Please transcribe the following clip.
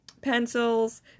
pencils